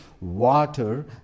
water